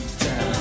down